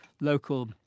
local